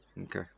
Okay